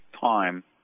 time